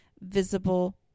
visible